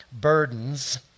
burdens